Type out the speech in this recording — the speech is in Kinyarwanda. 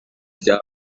bya